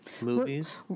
movies